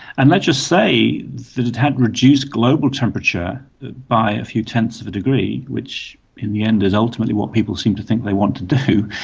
and let's just say that it had reduced global temperature by a few tenths of a degree, which in the end is ultimately what people seem to think they want to do,